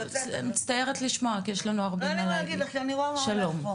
אין לי מה להגיד לך כי אני רואה מה הולך פה.